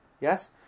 Yes